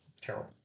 terrible